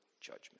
judgment